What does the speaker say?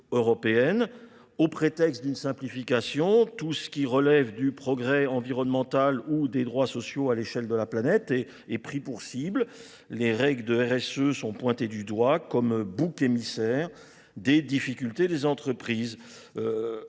européenne. Au prétexte d'une simplification, tout ce qui relève du progrès environnemental ou des droits sociaux à l'échelle de la planète est pris pour cible. Les règles de RSE sont pointées du doigt comme bouc émissaire. des difficultés des entreprises.